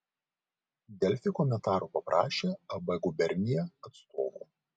delfi komentaro paprašė ab gubernija atstovų